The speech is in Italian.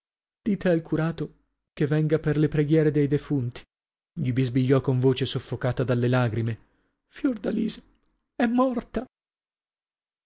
al curato che venga per le preghiere dei defunti gli bisbigliò con voce soffocata dalle lagrime fiordalisa è morta